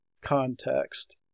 context